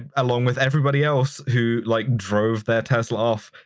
and along with everybody else who like drove their tesla off,